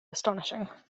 astonishing